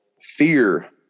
fear